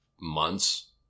months